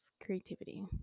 creativity